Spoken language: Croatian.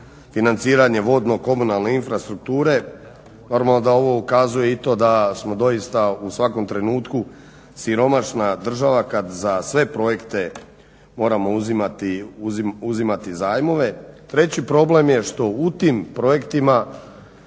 financiranje vodno-komunalne infrastrukture. Normalno da ovo ukazuje i to da smo doista u svakom trenutku siromašna država kad za sve projekte moramo uzimati zajmove. Treći problem je što u tim projektima